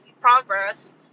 progress